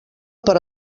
per